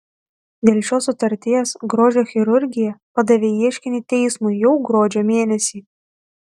dėl šios sutarties grožio chirurgija padavė ieškinį teismui jau gruodžio mėnesį